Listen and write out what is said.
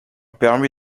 permis